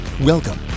welcome